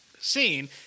scene